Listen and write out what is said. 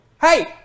hey